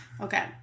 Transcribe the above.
Okay